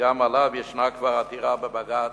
וגם עליו ישנה כבר עתירה בבג"ץ.